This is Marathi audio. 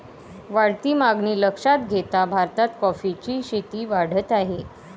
वाढती मागणी लक्षात घेता भारतात कॉफीची शेती वाढत आहे